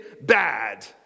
bad